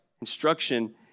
Instruction